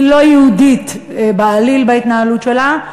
היא לא יהודית בעליל בהתנהלות שלה,